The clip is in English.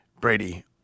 Brady